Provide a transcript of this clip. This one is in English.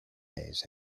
days